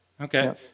Okay